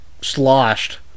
sloshed